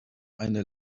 eine